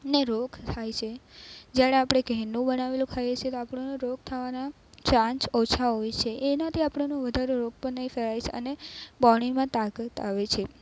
ને રોગ થાય છે જ્યારે આપણે ઘરનું બનાવેલું ખાઈએ છીએ તો આપણને રોગ થવાના ચાન્સ ઓછા હોય છે એનાથી આપણને વધારે રોગ પણ નહીં થાય અને બોડીમાં તાકાત આવે છે